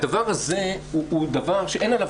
הדבר הזה הוא דבר שאין עליו